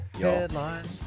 Headlines